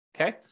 okay